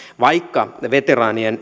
vaikka veteraanien